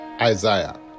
Isaiah